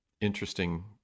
interesting